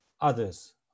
others